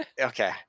Okay